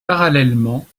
parallèlement